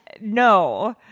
No